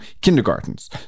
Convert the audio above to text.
kindergartens